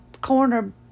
corner